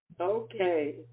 Okay